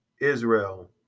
Israel